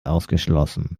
ausgeschlossen